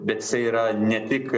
bet jisai yra ne tik